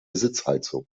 sitzheizung